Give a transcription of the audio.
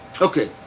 Okay